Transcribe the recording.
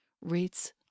rates